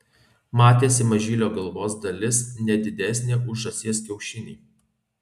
matėsi mažylio galvos dalis ne didesnė už žąsies kiaušinį